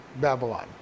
Babylon